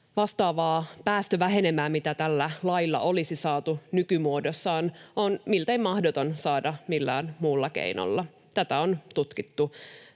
Vastaavaa päästövähenemää, mitä tällä lailla olisi saatu nykymuodossaan, on miltei mahdoton saada millään muulla keinolla. Tätä on tutkittu